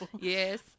Yes